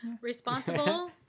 responsible